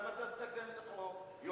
למה לתקן את החוק?